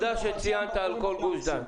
תודה שציינת שזה על כל גוש דן.